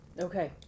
Okay